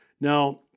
Now